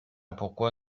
pourquoi